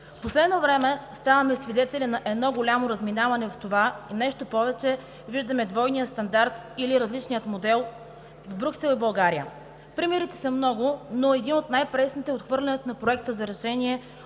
В последно време ставаме свидетели на едно голямо разминаване в това, и нещо повече, виждаме двойния стандарт или различния модел в Брюксел и в България. Примерите са много, но един от най-пресните е отхвърлянето на Проекта за решение